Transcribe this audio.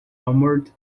armoured